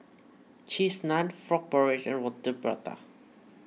Cheese Naan Frog Porridge and Roti Prata